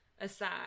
Aside